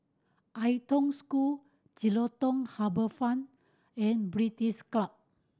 Ai Tong School Jelutung Harbour Fine and British Club